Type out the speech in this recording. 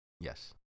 yes